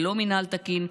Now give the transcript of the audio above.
ללא מינהל תקין,